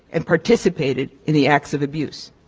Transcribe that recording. and participated in the acts of abuse.